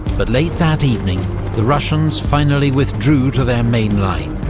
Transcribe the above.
but late that evening the russians finally withdrew to their main line,